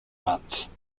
months